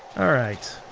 alright.